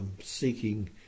seeking